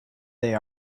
they